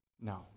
No